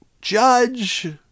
judge